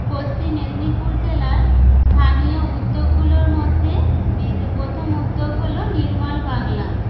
পশ্চিম মেদিনীপুর জেলার স্থানীয় উদ্যোগগুলোর মধ্যে প্রথম উদ্যোগ হল নির্মল বাংলা